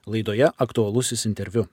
laidoje aktualusis interviu